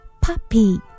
puppy